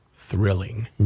Thrilling